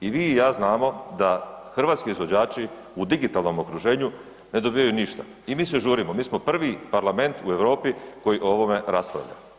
I vi i ja znamo da hrvatski izvođači u digitalnom okruženju ne dobivaju ništa i mi se žurimo, mi smo prvi parlament u Europi koji o ovome raspravljaju.